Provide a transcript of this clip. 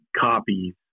copies